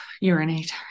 urinate